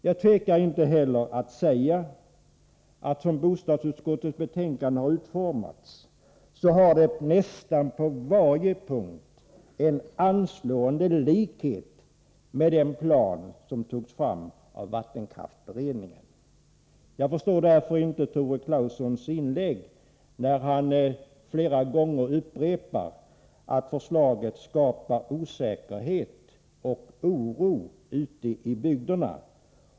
Jag tvekar inte heller att säga att som bostadsutskottets betänkande har utformats har det nästan på varje punkt en anslående likhet med den plan som togs fram av vattenkraftsberedningen. Jag förstår därför inte Tore Claesons inlägg, där han flera gånger upprepade att förslaget skapar osäkerhet och oro ute i bygderna.